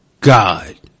God